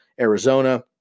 Arizona